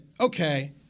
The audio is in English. okay